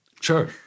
Sure